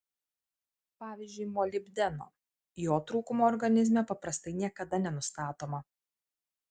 pavyzdžiui molibdeno jo trūkumo organizme paprastai niekada nenustatoma